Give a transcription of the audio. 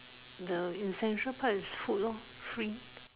the essential part is food loh free